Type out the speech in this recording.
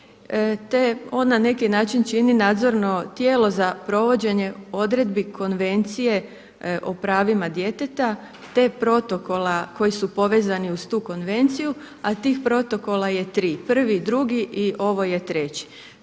te on na neki način čini nadzorno tijelo za provođenje odredbi Konvencije o pravima djeteta, te protokola koji su povezani uz tu konvenciju, a tih protokola je tri, prvi, drugi i ovo je treći.